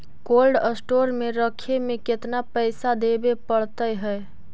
Cold store में रखे में केतना पैसा देवे पड़तै है?